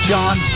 John